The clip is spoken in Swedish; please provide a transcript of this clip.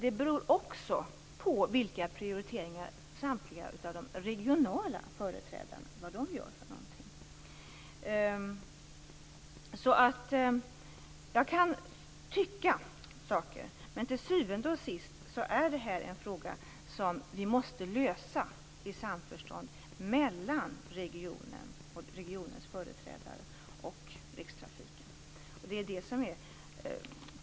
Det beror också på vilka prioriteringar samtliga regionala företrädare gör. Jag kan tycka saker, men till syvende och sist är det här en fråga som vi måste lösa i samförstånd mellan regionens företrädare och Rikstrafiken.